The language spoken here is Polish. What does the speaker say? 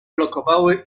blokowały